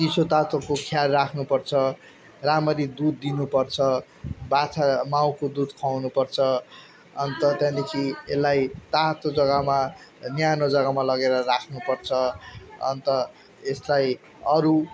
चिसो तातोको ख्याल राख्नुपर्छ राम्ररी दुध दिनुपर्छ बाछा माउको दुध खुवाउनुपर्छ अन्त त्यहाँदेखि यसलाई तातो जग्गामा न्यानो जग्गामा लगेर राख्नुपर्छ अन्त यसलाई अरू